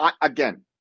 again